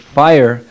fire